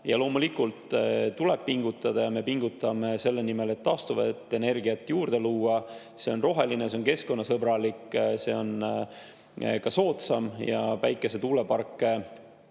Ja loomulikult tuleb pingutada ja me pingutamegi selle nimel, et taastuvat energiat juurde luua. See on roheline, see on keskkonnasõbralik, see on ka soodsam. Päikese- ja tuuleparke,